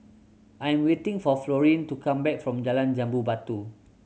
I am waiting for Florene to come back from Jalan Jambu Batu